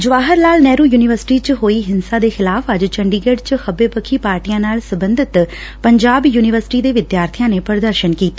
Jawahar Lal Nehru university ਵਿਸ਼ਵ ਵਿਦਿਆਲਿਆ ਚ ਹੋਈ ਹਿੰਸਾ ਦੇ ਖਿਲਾਫ਼ ਅੱਜ ਚੰਡੀਗੜ੍ ਚ ਖੱਬੇ ਪੱਖੀ ਪਾਰਟੀਆਂ ਨਾਲ ਸਬੰਧਤ ਪੰਜਾਬ ਯੁਨੀਵਰਸਿਟੀ ਚ ਵਿਦਿਆਰਬੀਆਂ ਨੇ ਪ੍ਰਦਰਸ਼ਨ ਕੀਤਾ